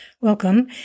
Welcome